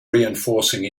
reinforcing